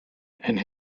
and